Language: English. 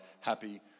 happy